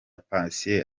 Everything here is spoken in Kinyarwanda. patient